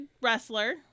wrestler